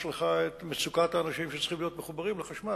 יש לך את מצוקת האנשים שצריכים להיות מחוברים לחשמל,